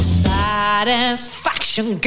satisfaction